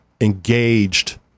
engaged